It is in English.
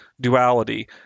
duality